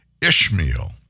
Ishmael